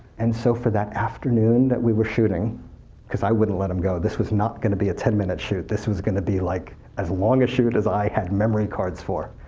and so, for that afternoon that we were shooting because i wouldn't let them go. this was not going to be a ten minute shoot, this was going to be like as long a shoot as i had memory cards for.